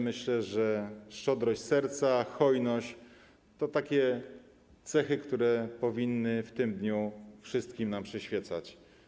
Myślę, że szczodrość serca, hojność to takie cechy, które powinny w tym dniu wszystkim nam przyświecać.